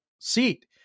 seat